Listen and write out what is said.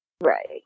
Right